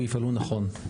ויפעלו נכון.